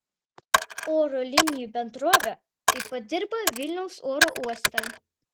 oro linijų bendrovė taip pat dirba vilniaus oro uoste